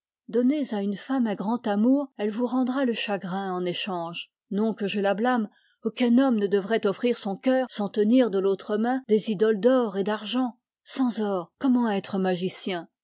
donnez à une femme un grand amour elle vous rendra le chagrin en échange non que je la blâme aucun homme ne devrait offrir son cœur sans tenir de l'autre main des idoles d'or et d'argent sans or comment être magicien